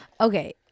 Okay